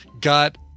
got